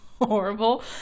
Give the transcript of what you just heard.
horrible